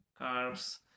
carbs